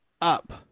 up